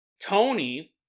Tony